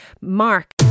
Mark